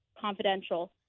confidential